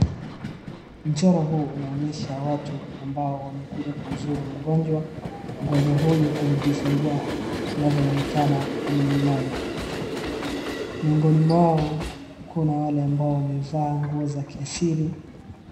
Mchoro huu unaonyesha watu ambao wamekuja kuzuru mgonjwa. Mgonjwa huyu amejifungua, inavyoonekana ni mmama. Miongoni mwao kuna wale ambao wamevaa nguo za kiasili.